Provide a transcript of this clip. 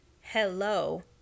hello